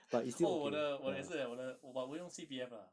oh 我的我的也是 leh 我的 but 我用 C_P_F lah